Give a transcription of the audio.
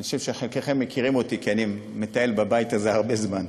ואני חושב שחלקכם מכירים אותי כי אני מטייל בבית הזה הרבה זמן,